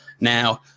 now